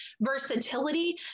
versatility